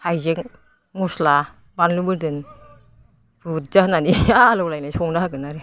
हाइजें मस्ला बानलु बोरदोन बुरजा होनानै आलौलायनाय संना होगोन आरो